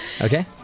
Okay